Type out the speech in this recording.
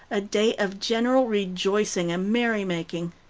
a day of general rejoicing and merry-making.